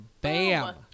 Bam